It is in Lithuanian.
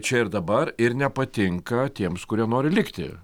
čia ir dabar ir nepatinka tiems kurie nori likti